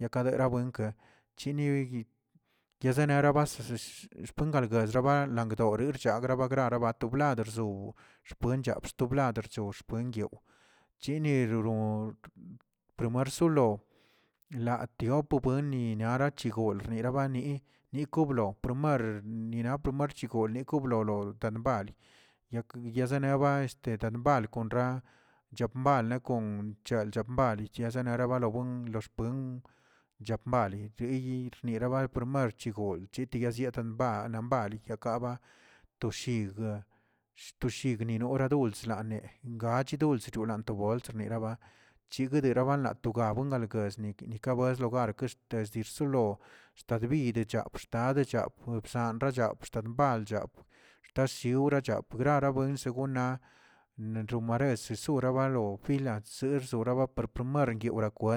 Yakedera winkə chini yezane nerabashte xpongal guesxaba langdorgchore chergaba garabato bladx puenchax sto bladrx rollꞌ puenguyaw, chini roron premarsolo latiop'bieni rnira machigol, nirabani ni probolo kon kublo lold bari ak yezeneba tedalbanko chap mbal nakon chalchabali rabalo gun gun chapmali niyi yerabarari marchigol tiyayazimba nambadkon toshilgə toshigni niragol lane achi duls china tobols chiiguiridi babun balgueshnit ni ka buell lugarke ters desilo chtad bi exta be chap xtan rechap bal chap shtashiura chap nara buen segunnaꞌ renromare sisuu balo fila sirs raba par primaran yerakw